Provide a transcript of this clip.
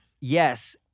yes